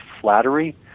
flattery